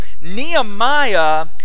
Nehemiah